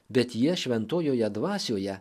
bet jie šventojoje dvasioje